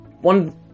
one